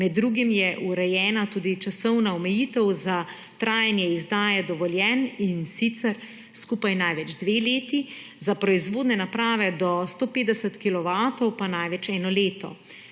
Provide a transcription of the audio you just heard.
Med drugim je urejena tudi časovna omejitev za trajanje izdaje dovoljenj, in sicer skupaj največ dve leti, za proizvodne naprave do 150 kW pa največ eno leto.